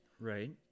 Right